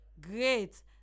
Great